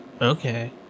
Okay